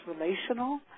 relational